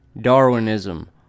Darwinism